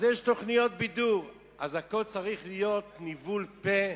יש תוכניות בידור, אז הכול צריך להיות ניבול פה,